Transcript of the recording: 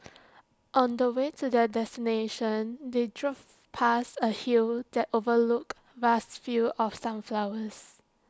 on the way to their destination they drove past A hill that overlooked vast fields of sunflowers